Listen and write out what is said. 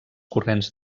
corrents